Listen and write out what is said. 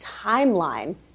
timeline